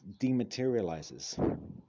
dematerializes